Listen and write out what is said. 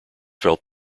felt